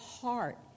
heart